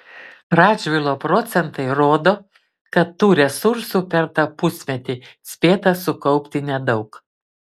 radžvilo procentai rodo kad tų resursų per tą pusmetį spėta sukaupti nedaug